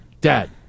Dad